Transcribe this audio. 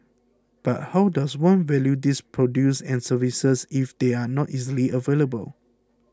but how does one value these produce and services if they are not easily available